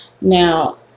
now